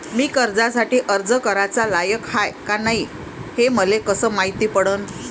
मी कर्जासाठी अर्ज कराचा लायक हाय का नाय हे मले कसं मायती पडन?